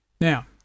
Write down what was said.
Now